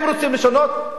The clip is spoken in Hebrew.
אם רוצים לשנות,